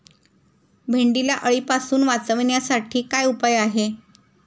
भेंडीला अळीपासून वाचवण्यासाठी काय उपाय आहे?